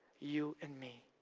you and me.